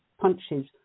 punches